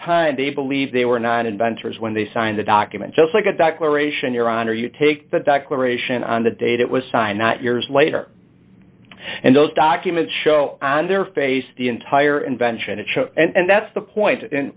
time they believed they were not inventors when they signed the document just like a declaration your honor you take the declaration on the date it was signed not years later and those documents show on their face the entire invention it should and that's the point in